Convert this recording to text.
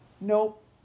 nope